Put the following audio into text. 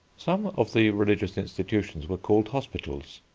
some of the religious institutions were called hospitals.